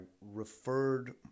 referred